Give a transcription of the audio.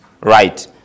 Right